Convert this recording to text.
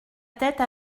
tête